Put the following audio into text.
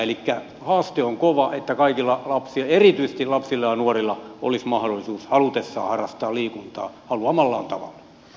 elikkä haaste on kova että kaikilla erityisesti lapsilla ja nuorilla olisi mahdollisuus halutessaan harrastaa liikuntaa haluamallaan tavalla